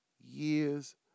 years